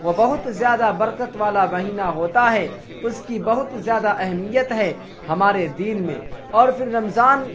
وہ بہت زیادہ برکت والا مہینہ ہوتا ہے اس کی بہت زیادہ اہمیت ہے ہمارے دین میں اور پھر رمضان